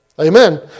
Amen